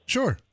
Sure